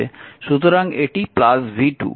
সুতরাং এটি v2